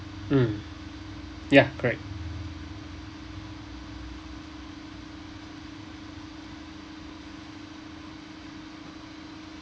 mm ya correct